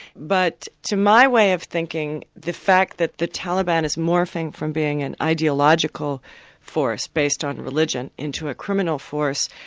but to my way of thinking, the fact that the taliban is morphing from being an ideological force based on religion, into a criminal force,